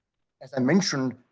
as i mentioned,